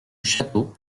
château